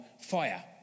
fire